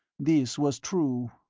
this was true.